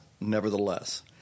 nevertheless